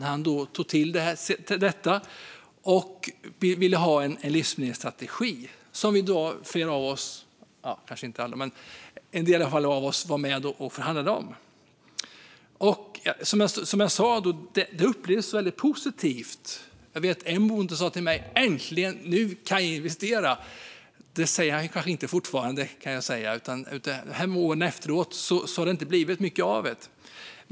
Jo, han tog till sig detta och ville ha en livsmedelsstrategi som flera av oss var med och förhandlade om. Som jag sa upplevdes det väldigt positivt. Jag vet att en bonde sa till mig: Äntligen! Nu kan jag investera! Det säger han inte i dag, kan jag säga. Så här efteråt har det inte blivit mycket av'et.